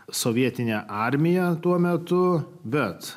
sovietinę armiją tuo metu bet